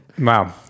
Wow